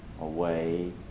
away